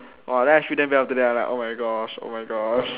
!wah! then I feel damn bad after that I'm like oh my gosh oh my gosh